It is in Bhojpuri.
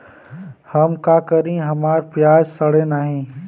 हम का करी हमार प्याज सड़ें नाही?